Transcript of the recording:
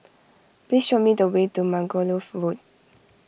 please show me the way to Margoliouth Road